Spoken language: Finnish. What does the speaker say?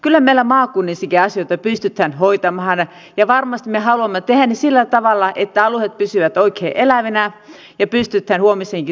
kyllä meillä maakunnissakin asioita pystytään hoitamaan ja varmasti me haluamme tehdä sillä tavalla että alueet pysyvät oikein elävinä ja pystytään huomennakin toimimaan